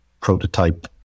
prototype